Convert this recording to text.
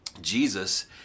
Jesus